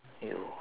!aiyo!